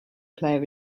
player